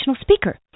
speaker